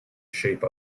shape